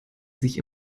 sich